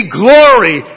glory